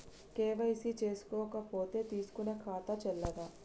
KYC చేసుకోకపోతే తీసుకునే ఖాతా చెల్లదా?